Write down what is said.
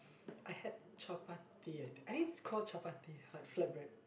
I had chapati i think I think it's called chapati like flat bread